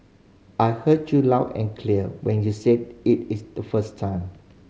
I heard you loud and clear when you said it is the first time